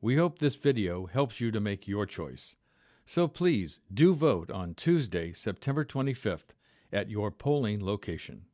we hope this video helps you to make your choice so please do vote on tuesday september th at your polling location